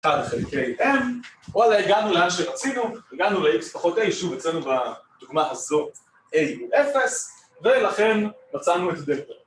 ‫אחד חלקי m, ‫וואלה הגענו לאן שרצינו, ‫הגענו ל-X פחות a, ‫שוב, אצלנו בדוגמה הזאת, ‫a הוא אפס, ‫ולכן מצאנו את דלתא.